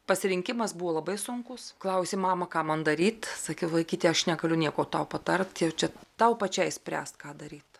pasirinkimas buvo labai sunkus klausė mama ką man daryti sakiau vaikyti aš negaliu nieko tau patarti jau čia tau pačiai spręs ką daryti